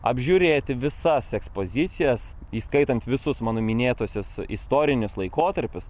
apžiūrėti visas ekspozicijas įskaitant visus mano minėtuosius istorinius laikotarpius